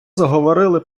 заговорили